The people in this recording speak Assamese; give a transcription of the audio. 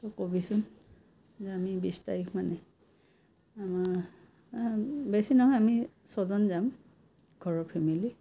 তই কবিচোন যে আমি বিছ তাৰিখমানে আমাৰ বেছি নহয় আমি ছজন যাম ঘৰৰ ফেমিলী